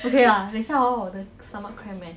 okay lah 等下 hor 我的 stomach cramp eh